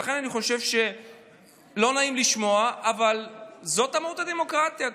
אני חושב שלא נעים לשמוע, אבל זאת מהות הדמוקרטיה.